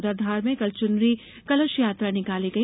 उधर धार में कल चुनरी कलशयात्रा निकाली गई